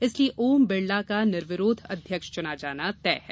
इसलिये ओम बिड़ला का निर्विरोध अध्यक्ष चुना जाना तय है